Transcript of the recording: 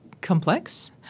complex